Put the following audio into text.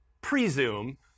presume